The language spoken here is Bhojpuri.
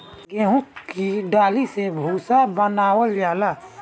गेंहू की डाठी से भूसा बनावल जाला